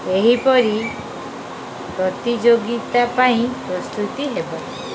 ଏହିପରି ପ୍ରତିଯୋଗିତା ପାଇଁ ପ୍ରସ୍ତୁତି ହେବ